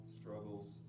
struggles